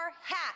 hat